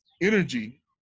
energy